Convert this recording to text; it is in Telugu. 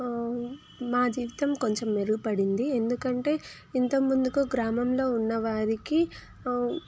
మా జీవితం కొంచం మెరుగుపడింది ఎందుకంటే ఇంత ముందు గ్రామంలో ఉన్నవారికి